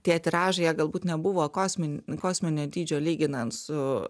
tie tiražai jie galbūt nebuvo kosmin kosminio dydžio lyginant su